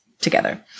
together